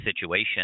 situation